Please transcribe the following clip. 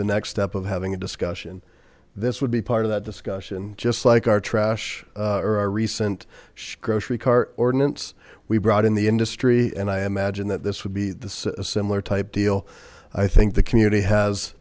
the next step of having a discussion this would be part of that discussion just like our trash or our recent grocery cart ordinance we brought in the industry and i imagine that this would be the similar type deal i think the community has